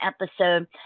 episode